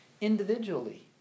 Individually